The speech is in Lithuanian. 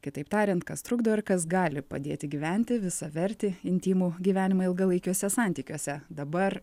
kitaip tariant kas trukdo ir kas gali padėti gyventi visavertį intymų gyvenimą ilgalaikiuose santykiuose dabar